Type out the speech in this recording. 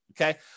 Okay